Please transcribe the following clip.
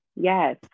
Yes